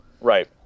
Right